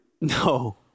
No